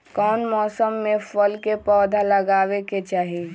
कौन मौसम में फल के पौधा लगाबे के चाहि?